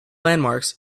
landmarks